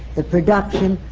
the production,